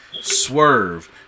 Swerve